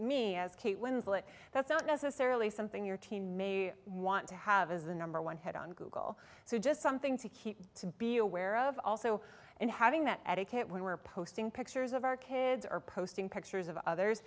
me as kate winslet that's not necessarily something your teen may want to have as the number one hit on google so just something to keep to be aware of also and having that advocate when we're posting pictures of our kids are posting pictures of others